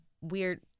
weird